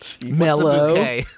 Mellow